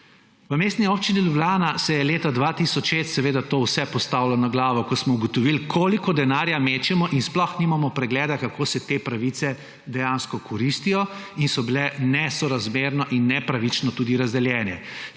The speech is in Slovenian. V Mestni občini Ljubljana se je leta 2006 seveda to vse postavilo na glavo, ko smo ugotovili, koliko denarja mečemo in sploh nimamo pregleda, kako se te pravice dejansko koristijo in so bile nesorazmerno in nepravično tudi razdeljene.